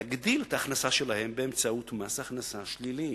להגדיל את ההכנסה שלהם באמצעות מס הכנסה שלילי